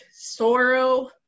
sorrow